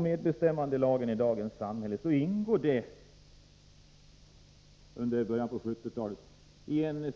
Medbestämmandelagen i dagens samhälle ingår i en socialdemokratisk